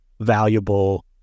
valuable